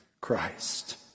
Christ